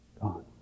Gone